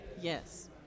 Yes